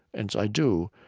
and so i do.